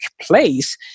place